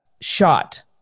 shot